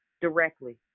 directly